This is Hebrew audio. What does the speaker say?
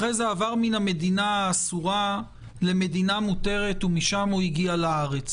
הוא עבר מהמדינה האסורה למדינה מותרת ומשם הוא הגיע לארץ.